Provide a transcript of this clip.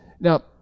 Now